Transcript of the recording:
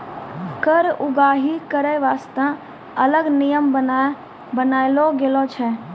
कर उगाही करै बासतें अलग नियम बनालो गेलौ छै